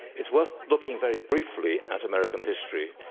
it's worth looking very briefly at american history.